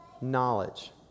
knowledge